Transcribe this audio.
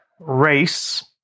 race